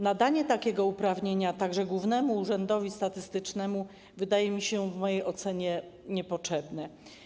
Nadanie takiego uprawnienia także Głównemu Urzędowi Statystycznemu wydaje mi się w mojej ocenie niepotrzebne.